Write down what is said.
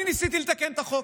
אני ניסיתי לתקן את החוק,